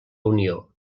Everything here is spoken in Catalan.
unió